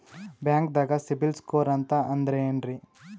ಬ್ಯಾಂಕ್ದಾಗ ಸಿಬಿಲ್ ಸ್ಕೋರ್ ಅಂತ ಅಂದ್ರೆ ಏನ್ರೀ?